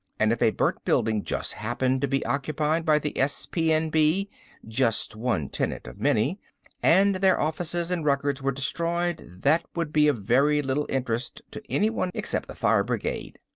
and if a burnt building just happened to be occupied by the s p n b just one tenant of many and their offices and records were destroyed that would be of very little interest to anyone except the fire brigade.